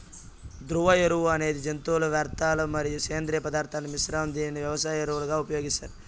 ద్రవ ఎరువు అనేది జంతువుల వ్యర్థాలు మరియు సేంద్రీయ పదార్థాల మిశ్రమం, దీనిని వ్యవసాయ ఎరువులుగా ఉపయోగిస్తారు